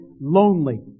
lonely